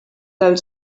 els